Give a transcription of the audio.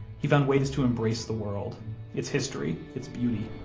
he found ways to embrace the world its history, its beauty,